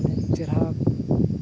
ᱪᱮᱨᱦᱟ